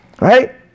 Right